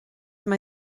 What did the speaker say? mar